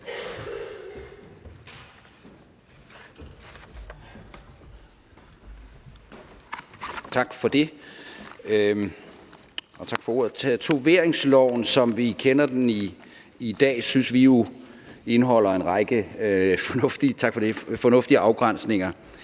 tak for ordet. Tatoveringsloven, som vi kender den i dag, synes vi jo indeholder en række fornuftige afgrænsninger,